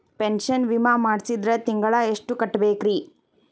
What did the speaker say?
Pension ವಿಮಾ ಮಾಡ್ಸಿದ್ರ ತಿಂಗಳ ಎಷ್ಟು ಕಟ್ಬೇಕ್ರಿ?